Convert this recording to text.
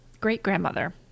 great-grandmother